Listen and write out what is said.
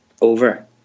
over